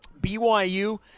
BYU